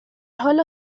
حال